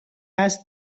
است